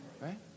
Right